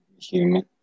Human